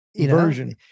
version